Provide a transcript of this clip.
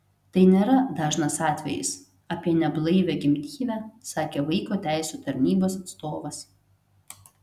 tai nėra dažnas atvejis apie neblaivią gimdyvę sakė vaiko teisių tarnybos atstovas